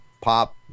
pop